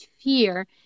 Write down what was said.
fear